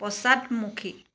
পশ্চাদমুখী